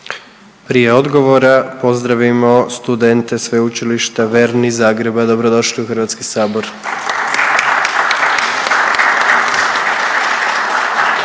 Prije odgovora pozdravimo studente Sveučilišta Vern iz Zagreba. Dobro došli u Hrvatski sabor!